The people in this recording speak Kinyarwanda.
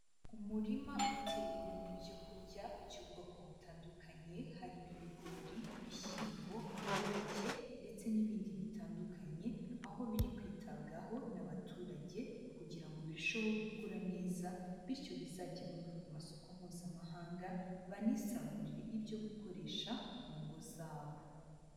Umurima uteyemo ibyo kurya by'ubwoko butandukanye harimo ibigori, ibishyimbo, amateke ndetse n'ibindi bitandukanye, aho biri kwitabwaho n'abaturage kugira ngo birusheho gukura neza bityo bizagemurwe ku masoko Mpuzamahanga, banisagurire ibyo gukoresha mu ngo zabo.